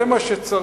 זה מה שצריך?